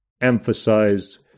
emphasized